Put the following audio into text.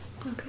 Okay